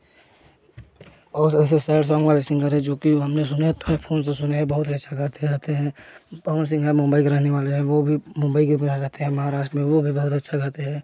और ऐसे sad song वाले सिंगर जो कि हमने सुने है अपने फोन से सुने है बहुत अच्छा करते रहते हैं पवन सिंह है मुम्बई के रहने वाले है वह भी मुम्बई में रहते हैं महाराष्ट्र में वह भी बहुत अच्छा गाते हैं